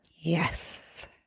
Yes